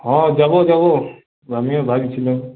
হ্যাঁ যাবো যাবো আমিও ভাবছিলাম